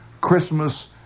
Christmas